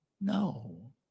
No